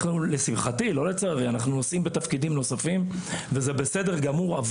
לשמחתי לא לצערי אנחנו נושאים בתפקידים נוספים וזה בסדר גמור,